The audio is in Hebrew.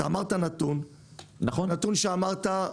בנתון שציינת,